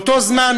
באותו זמן,